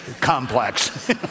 complex